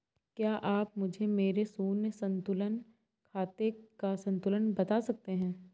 क्या आप मुझे मेरे शून्य संतुलन खाते का संतुलन बता सकते हैं?